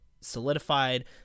solidified